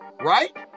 Right